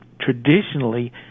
traditionally